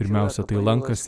pirmiausia tai lankas